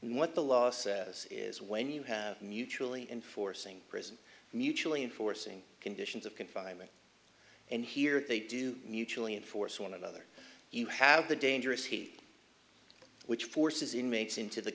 what the law says is when you have mutually enforcing prison mutually enforcing conditions of confinement and here they do mutually enforce one another you have the dangerous heat which forces inmates into the